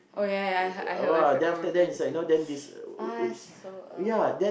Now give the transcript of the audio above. oh yeah yeah I heard I heard about my friend from my friend this one ah it's sp ugh